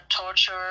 torture